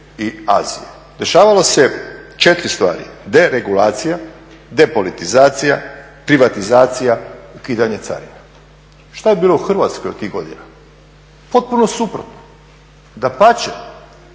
i Azije? Dešavalo se 4 stvari, deregulacija, depolitizacija, privatizacija, ukidanje carina. Šta je bilo u Hrvatskoj tih godina? Potpuno suprotno. Dapače,